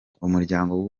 umuryango